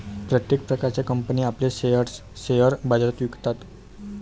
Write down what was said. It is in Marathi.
प्रत्येक प्रकारच्या कंपनी आपले शेअर्स शेअर बाजारात विकतात